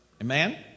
Amen